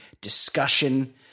discussion